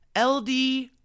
LD